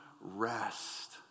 rest